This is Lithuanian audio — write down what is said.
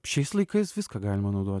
šiais laikais viską galima naudoti